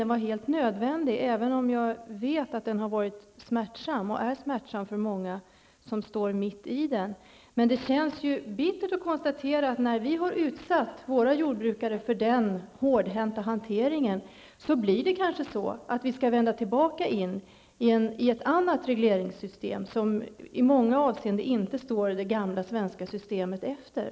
Den var helt nödvändig, även om jag vet att den har varit och är smärtsam för många som är mitt uppe i den. Men det känns ju bittert att konstatera att när vi nu har utsatt våra jordbrukare för denna hårdhänta hantering, måste vi kanske vända tillbaka in i ett annat regleringssystem, som i många avseenden inte står det svenska, gamla systemet efter.